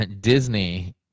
disney